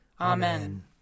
Amen